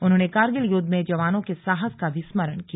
उन्होंने करगिल युद्ध में जवानों के साहस का भी स्मरण किया